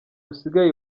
rusigaye